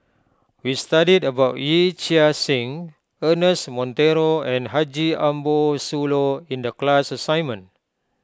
we studied about Yee Chia Hsing Ernest Monteiro and Haji Ambo Sooloh in the class assignment